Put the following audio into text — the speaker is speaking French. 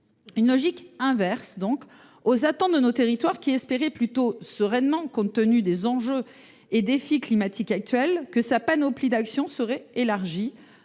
une logique inverse aux attentes de nos territoires, lesquels espéraient, plutôt sereinement compte tenu des enjeux et défis climatiques actuels, que leur panoplie d’actions serait élargie,